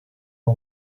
are